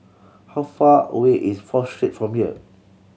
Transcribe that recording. how far away is Fourth Street from here